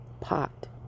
pot